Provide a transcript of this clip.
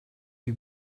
you